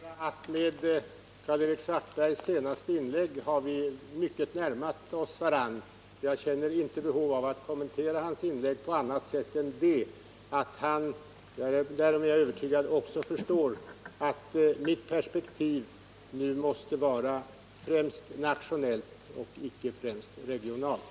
Herr talman! Jag kan konstatera att våra ståndpunkter genom Karl-Erik Svartbergs senaste inlägg väsentligt har närmat sig varandra. Jag känner inte behov av att kommentera hans inlägg på annat sätt än att — och jag är övertygad om att också han inser detta — mitt perspektiv måste vara främst nationellt och icke främst regionalt.